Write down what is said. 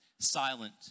silent